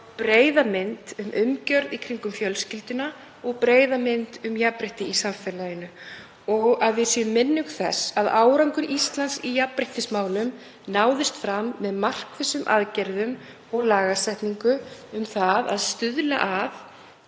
breiða mynd um umgjörð í kringum fjölskylduna og breiða mynd um jafnrétti í samfélaginu og að við séum minnug þess að árangur Íslands í jafnréttismálum náðist með markvissum aðgerðum og lagasetningu um það að stuðla að,